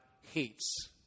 hates